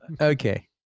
Okay